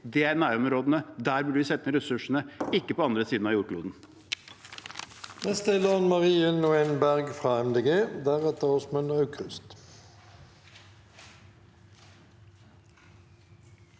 Det er nærområdene våre, der bør vi sette inn ressursene, ikke på andre siden av jordkloden.